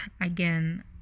Again